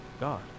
God